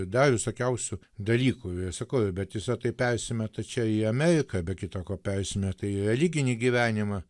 dar visokiausių dalykų ir sakau kad visa tai persimeta čia į ameriką be kita ko pereisimeta į religinį gyvenimą